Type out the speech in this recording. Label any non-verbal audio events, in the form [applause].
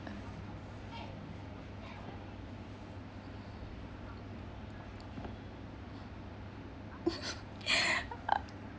[laughs]